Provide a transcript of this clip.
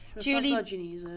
Julie